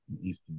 East